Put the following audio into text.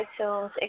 iTunes